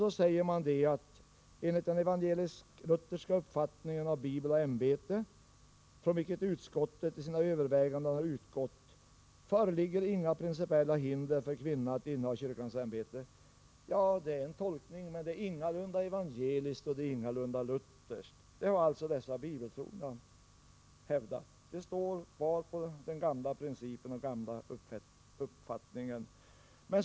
Så sägs det att det ”enligt den evangelisk-lutherska uppfattningen av bibel och ämbete, från vilken utskottet i sina överväganden har utgått, inte föreligger principiella hinder för kvinna att inneha kyrkans ämbete”. Ja, det är en tolkning, men den är ingalunda evangelisk och ingalunda luthersk; det har alltså de bibeltrogna hävdat. De står kvar vid den gamla principen och den gamla uppfattningen.